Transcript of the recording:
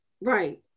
right